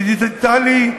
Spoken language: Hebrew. לטלי,